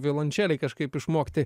violončelei kažkaip išmokti